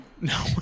No